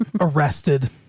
arrested